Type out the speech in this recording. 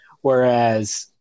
whereas